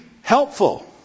helpful